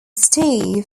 steve